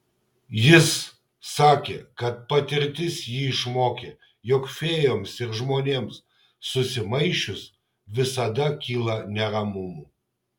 jis sakė kad patirtis jį išmokė jog fėjoms ir žmonėms susimaišius visada kyla neramumų